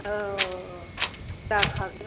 औ औ औ जाखागोन